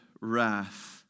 wrath